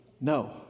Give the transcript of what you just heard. No